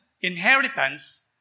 inheritance